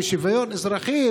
בשוויון אזרחי,